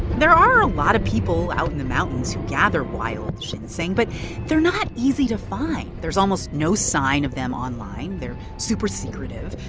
there are a lot of people out in the mountains who gather wild ginseng, but they're not easy to find. there's almost no sign of them online. they're super secretive.